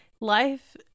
life